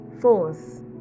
Fourth